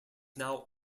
now